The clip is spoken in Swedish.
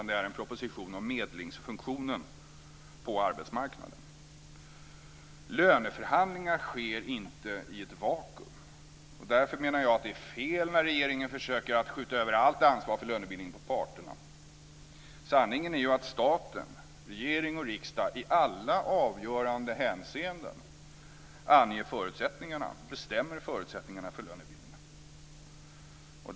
Det är en proposition om medlingsfunktionen på arbetsmarknaden. Löneförhandlingar sker inte i ett vakuum. Därför menar jag att det är fel när regeringen försöker att skjuta över allt ansvar för lönebildningen på parterna. Sanningen är ju att staten, regering och riksdag, i alla avgörande hänseenden bestämmer förutsättningarna för lönebildningen.